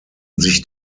sich